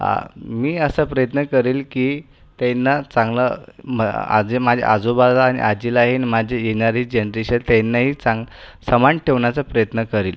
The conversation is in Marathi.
आ मी असा असा प्रयत्न करेल की त्यांना चांगला मं आधी माझ्या आजोबा राय आणि आजीलाही माझी येणारी जनरेशन त्यांनाही चांग् समान ठेवण्याचा प्रयत्न करील